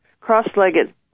cross-legged